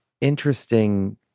interesting